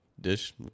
dish